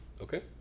Okay